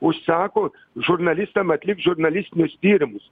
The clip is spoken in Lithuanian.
užsako žurnalistam atlikt žurnalistinius tyrimus